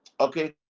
okay